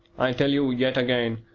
i tell you yet again,